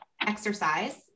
exercise